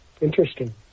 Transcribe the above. Interesting